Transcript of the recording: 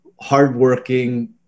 hardworking